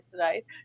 right